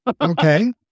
Okay